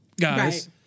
guys